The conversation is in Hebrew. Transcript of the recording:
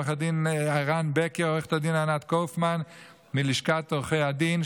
עו"ד ערן בקר ועו"ד ענת קאופמן מלשכת עורכי הדין,